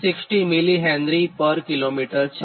60 mH પર કિમી છે